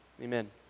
Amen